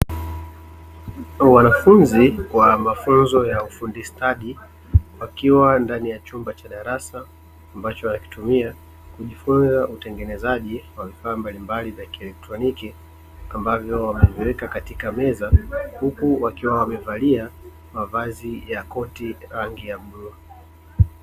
wanafunzi wa mafunzo ya ufundi stadi wakiwa ndani ya chumba cha darasa ambacho wanakitumia kujifunza utengenezaji wa vifaa mbalimbali vya kielektroniki ambavyo wameviweka katika meza, huku wakiwa wamevaa mavazi ya koti rangi ya bluu.